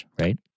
Right